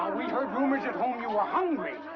we heard rumors at home you were hungry,